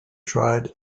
tried